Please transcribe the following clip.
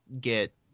get